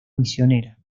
misionera